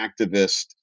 activist